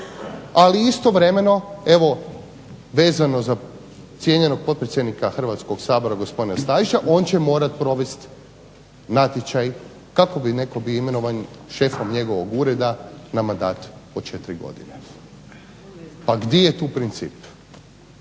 ali istovremeno ali vezano za cijenjenog potpredsjednika Hrvatskog sabora gospodina Stazića on će morati provesti natječaj kako bi netko bio imenovan šefom njegovog ureda na mandat od četiri godine. Pa gdje je tu princip?